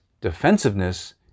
defensiveness